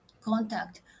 contact